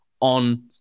on